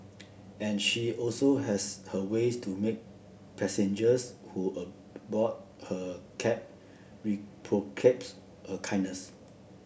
and she also has her ways to make passengers who aboard her cab her kindness